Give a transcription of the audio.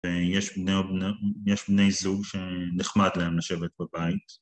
ויש בני זוג שנחמד להם לשבת בבית